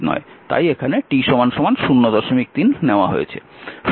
তাই এখানে t 03 নেওয়া হয়েছে